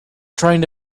trying